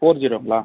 four ஜீரோங்களா